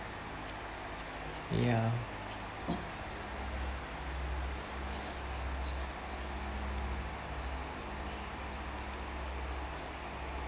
ya